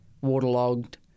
waterlogged